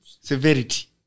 Severity